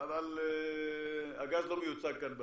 אבל הגז לא מיוצג כאן בדיון,